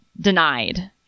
denied